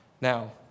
Now